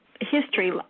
history